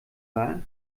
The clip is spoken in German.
war